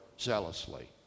zealously